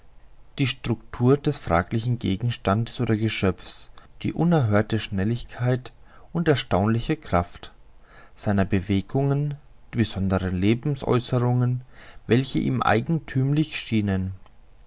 die structur des fraglichen gegenstandes oder geschöpfs die unerhörte schnelligkeit und erstaunliche kraft seiner bewegungen die besonderen lebensäußerungen welche ihm eigenthümlich schienen